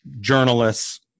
journalists